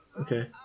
Okay